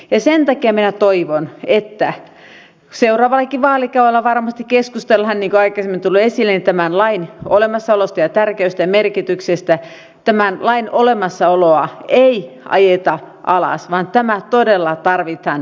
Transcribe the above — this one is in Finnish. sen takia minä toivon että seuraavallakin vaalikaudella varmasti keskustellaan niin kuin aikaisemmin on tullut esille tämän lain olemassaolosta ja tärkeydestä ja merkityksestä tämän lain olemassaoloa ei ajeta alas vaan tämä laki todella tarvitaan